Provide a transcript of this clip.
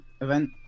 event